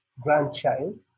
grandchild